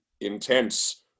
intense